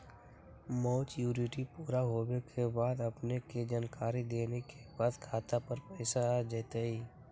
Maturity पुरा होवे के बाद अपने के जानकारी देने के बाद खाता पर पैसा आ जतई?